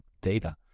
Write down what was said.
data